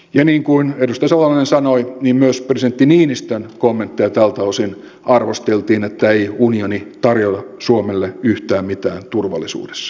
ja niin kuin edustaja salolainen sanoi myös presidentti niinistön kommentteja tältä osin arvosteltiin että ei unioni tarjoa suomelle yhtään mitään turvallisuudessa